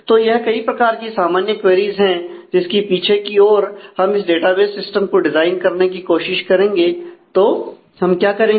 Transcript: तो यह कई प्रकार की सामान्य क्वेरीज है जिसकी पीछे की ओर हम इस डाटाबेस सिस्टम को डिजाइन करने की कोशिश करेंगे तो हम क्या करेंगे